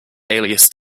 alias